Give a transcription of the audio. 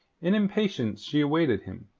in impatience she awaited him.